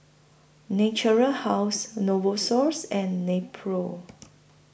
Natura House Novosource and Nepro